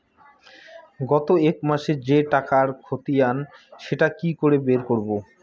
গত এক মাসের যে টাকার খতিয়ান সেটা কি করে বের করব?